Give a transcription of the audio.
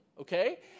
okay